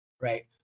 right